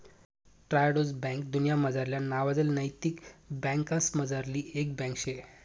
Triodos bank दुन्यामझारल्या नावाजेल नैतिक बँकासमझारली एक बँक शे